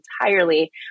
entirely